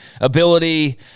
ability